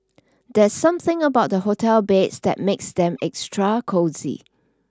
there's something about the hotel beds that makes them extra cosy